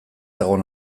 egon